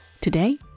Today